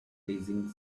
sizzling